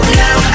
now